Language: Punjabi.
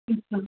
ਅੱਛਾ